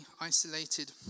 isolated